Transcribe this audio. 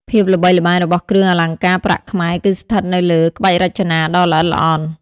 ភាពល្បីល្បាញរបស់គ្រឿងអលង្ការប្រាក់ខ្មែរ គឺស្ថិតនៅលើ ក្បាច់រចនា ដ៏ល្អិតល្អន់។